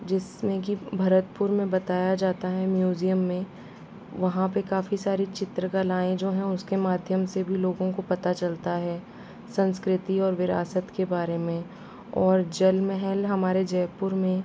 जिसमें की भरतपुर में बताया जाता है म्यूज़ियम में वहाँ पे काफ़ी सारी चित्र कलाएं जो है उसके माध्यम से भी लोगों को पता चलता है संस्कृति और विरासत के बारे में और जल महल हमारे जयपुर में